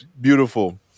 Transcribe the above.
beautiful